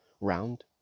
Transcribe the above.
round